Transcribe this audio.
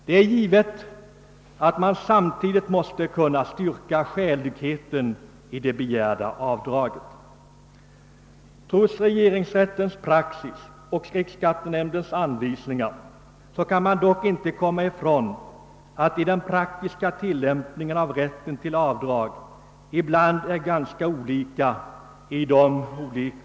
Det är givet att man samtidigt måste kunna styrka skäligheten i det begärda avdraget. Trots : regeringsrättens praxis och riksskattenämndens anvisningar tillämpar de skilda taxeringsnämnderna bestämmelserna ganska olika.